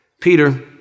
Peter